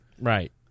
Right